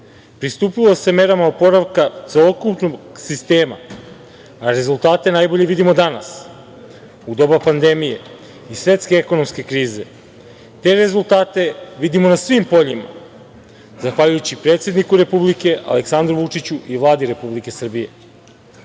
pristupilo se merama oporavka celokupnog sistema, a rezultate najbolje vidimo danas u doba pandemije i svetske ekonomske krize. Te rezultate vidimo na svim poljima zahvaljujući predsedniku Republike, Aleksandru Vučiću i Vladi Republike Srbije. Da